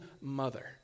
mother